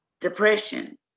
depression